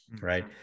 right